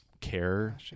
care